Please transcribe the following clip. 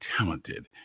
talented